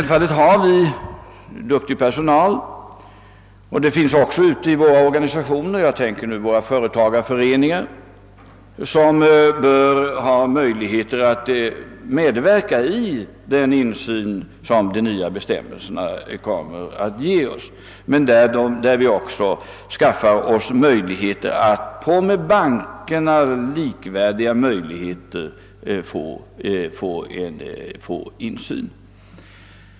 Vi har duktig personal, och det finns även ute i landet — jag tänker på företagarföreningarna — folk som bör ha möjlighet att medverka i den insyn som de nya bestämmelserna kommer att leda till. På samma gång skaffar vi oss möjlighet att på med bankerna likvärdiga villkor få insyn.